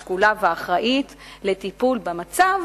השקולה והאחראית לטיפול במצב,